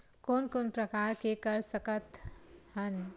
कोन कोन प्रकार के कर सकथ हन?